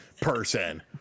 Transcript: person